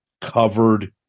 covered